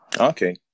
Okay